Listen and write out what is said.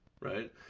Right